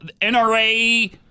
NRA